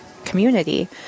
community